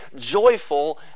joyful